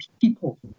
people